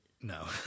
No